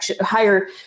higher